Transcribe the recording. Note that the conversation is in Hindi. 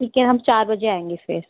ठीक है हम चार बजे आएँगे फिर